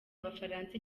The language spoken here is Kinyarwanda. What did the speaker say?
abafaransa